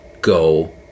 go